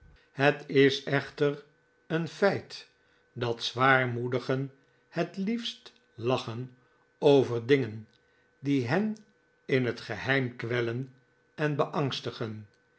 het is echter een feit dat zwaarmoedigen het liefst lachen over dingen die hen in het geheim kwellen en beangstigen